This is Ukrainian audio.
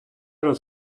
раз